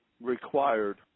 required